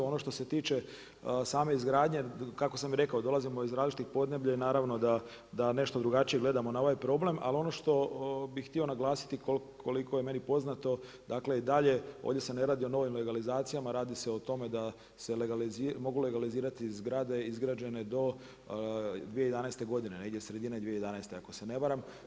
Ono što se tiče same izgradnje, kako sam i rekao, dolazimo iz različitih podneblja i naravno da nešto drugačije gledamo na ovaj problem, ali ono što bi htio naglasiti koliko je meni poznato, dakle i dalje ovdje se ne radi o novim legalizacijama, radi se o tome da se mogu legalizirati zgrade izgrađene do 2011. godine, negdje sredina 2011. ako se ne varam.